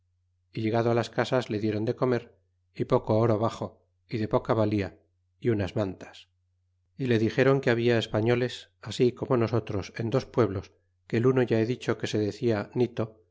y llegado las casas le diéron de comer y poco oro baxo y de poca valia y unas mantas y le dim n que habia españoles así como nosotros en dos pueblos que el uno ya be dicho que se decia nito